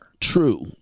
True